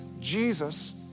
Jesus